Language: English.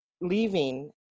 leaving